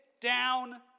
down